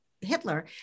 Hitler